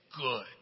good